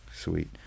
Sweet